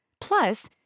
Plus